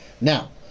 Now